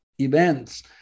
events